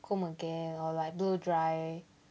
comb again or like blow dry